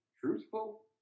truthful